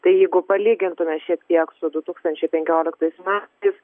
tai jeigu palygintume šiek tiek su du tūkstančiai penkioliktais metais